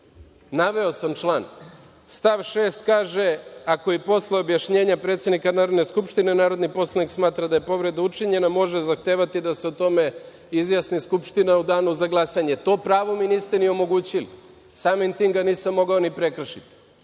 Naveo sam član. Stav 6. kaže – ako i posle objašnjenja predsednika Narodne skupštine, narodni poslanik smatra da je povreda učinjena može zahtevati da se o tome izjasni Skupština u danu za glasanje. To pravo mi niste ni omogućili, samim tim ga nisam mogao ni prekršiti.